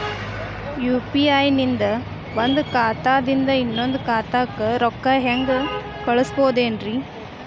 UPI ನಿಂದ ಒಂದ್ ಖಾತಾದಿಂದ ಇನ್ನೊಂದು ಖಾತಾಕ್ಕ ರೊಕ್ಕ ಹೆಂಗ್ ಕಳಸ್ಬೋದೇನ್ರಿ?